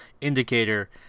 indicator